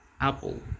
apple